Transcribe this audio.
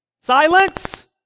Silence